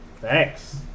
Thanks